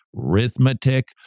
arithmetic